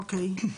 אוקיי.